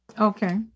Okay